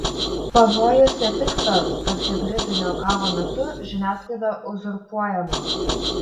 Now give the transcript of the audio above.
pavojus ne tik tas kad hibridinio karo metu žiniasklaida uzurpuojama